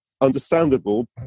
Understandable